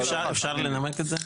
אפשר לנמק את זה?